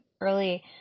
early